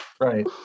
Right